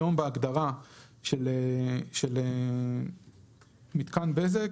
היום בהגדרה של מתקן בזק